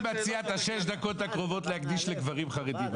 אני מציע את שש הדקות הקרובות להקדיש לגברים חרדים.